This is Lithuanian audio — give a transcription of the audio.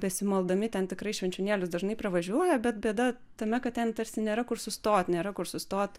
besimaldami ten tikrai švenčionėlius dažnai pravažiuoja bet bėda tame kad ten tarsi nėra kur sustot nėra kur sustot